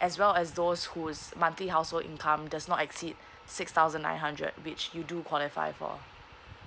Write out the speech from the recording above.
as well as those whose monthly household income does not exceed six thousand nine hundred which you do qualify for